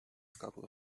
couple